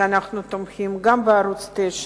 שאנחנו תומכים גם בערוץ-9,